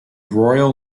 royal